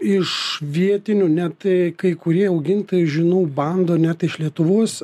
iš vietinių ne tai kai kurie augintojai žinau bando net iš lietuvos